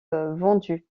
vendu